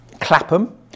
Clapham